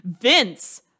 Vince